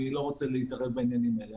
אני לא רוצה להתערב בעניינים האלה.